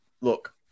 Look